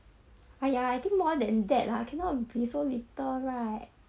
!aiya! I think more than that lah cannot be so little right